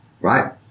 right